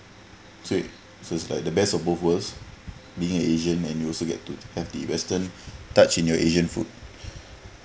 so is so is like the best of both worlds being asian and you also get to have the western touch in your asian food